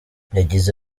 yagize